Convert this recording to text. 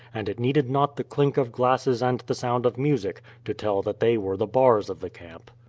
and it needed not the clink of glasses and the sound of music to tell that they were the bars of the camp.